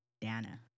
dana